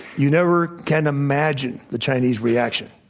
you never can imagine the chinese reaction.